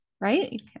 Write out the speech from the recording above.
right